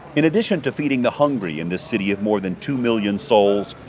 in addition to feeding the hungry in this city of more than two million souls,